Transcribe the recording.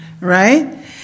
right